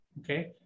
Okay